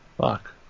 Fuck